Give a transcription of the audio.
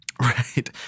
Right